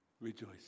Rejoice